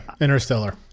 Interstellar